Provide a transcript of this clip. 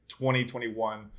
2021